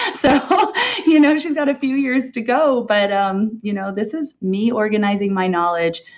and so you know she's got a few years to go, but um you know this is me organizing my knowledge.